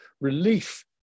relief